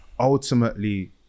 Ultimately